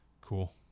Cool